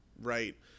right